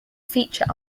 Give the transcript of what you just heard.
feature